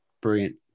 Brilliant